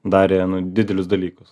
darė didelius dalykus